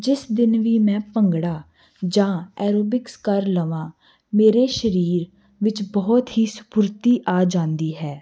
ਜਿਸ ਦਿਨ ਵੀ ਮੈਂ ਭੰਗੜਾ ਜਾਂ ਐਰੋਬਿਕਸ ਕਰ ਲਵਾਂ ਮੇਰੇ ਸਰੀਰ ਵਿੱਚ ਬਹੁਤ ਹੀ ਸਪੁਰਤੀ ਆ ਜਾਂਦੀ ਹੈ